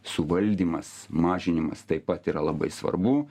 suvaldymas mažinimas taip pat yra labai svarbu